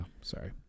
Sorry